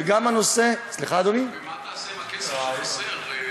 ומה תעשה בכסף שחסר?